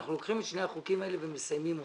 אנחנו לוקחים את שני החוקים האלה ומסיימים אותם.